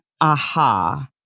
aha